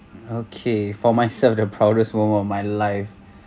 okay for myself the proudest moment of my life